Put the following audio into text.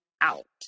out